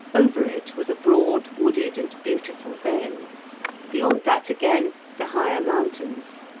over it was a broad, wooded, and beautiful vale beyond that again the higher mountains.